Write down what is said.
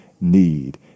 need